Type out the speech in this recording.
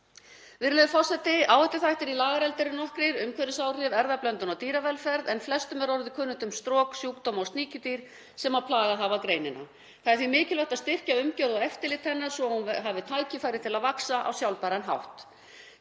Virðulegur forseti. Áhættuþættir í lagareldi eru nokkrir; umhverfisáhrif, erfðablöndun og dýravelferð, en flestum er orðið kunnugt um strok, sjúkdóma og sníkjudýr sem plagað hafa greinina. Það er því mikilvægt að styrkja umgjörð og eftirlit hennar svo að hún hafi tækifæri til að vaxa á sjálfbæran hátt.